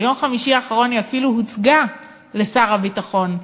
ביום חמישי האחרון היא אפילו הוצגה לשר הביטחון,